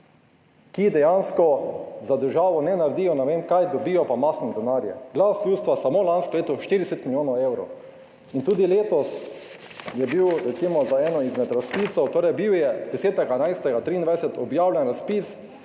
ki dejansko za državo ne naredijo ne vem kaj, dobijo pa masten denar. Glas ljudstva samo lansko leto 40 milijonov evrov. In tudi letos je bil recimo na enem izmed razpisov, torej 10. 11. 2023 je bil objavljen razpis